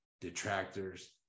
detractors